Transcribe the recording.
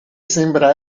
sembra